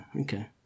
okay